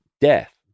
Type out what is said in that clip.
death